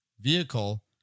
vehicle